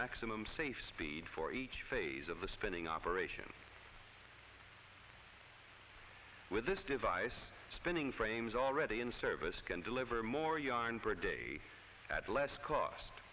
maximum safe speed for each phase of the spinning operation with this device spinning frames already in service can deliver more yarn for a day at less cost